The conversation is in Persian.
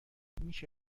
میشه